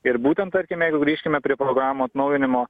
ir būtent tarkime grįžkime prie namo atnaujinimo